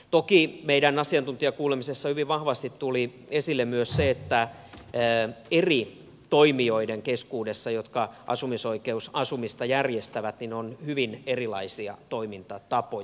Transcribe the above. toki meidän asiantuntijakuulemisessamme tuli hyvin vahvasti esille myös se että eri toimijoiden keskuudessa jotka asumisoikeusasumista järjestävät on hyvin erilaisia toimintatapoja